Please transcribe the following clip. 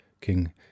King